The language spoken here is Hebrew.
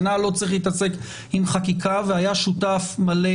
שנה לא צריך להתעסק עם חקיקה והיה שותף מלא